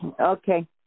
Okay